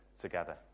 together